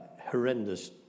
horrendous